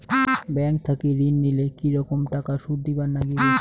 Bank থাকি ঋণ নিলে কি রকম টাকা সুদ দিবার নাগিবে?